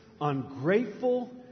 ungrateful